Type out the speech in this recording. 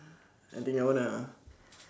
I think I wanna